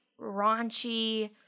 raunchy